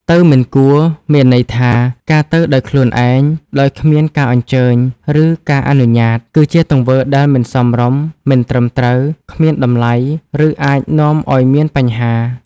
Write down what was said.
ទៅមិនគួរមានន័យថា ការទៅដោយខ្លួនឯង ដោយគ្មានការអញ្ជើញ ឬការអនុញ្ញាត គឺជាទង្វើដែលមិនសមរម្យ មិនត្រឹមត្រូវ គ្មានតម្លៃ ឬអាចនាំឲ្យមានបញ្ហា។